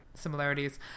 similarities